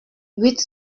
huit